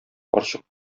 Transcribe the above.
карчык